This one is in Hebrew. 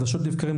חדשות לבקרים,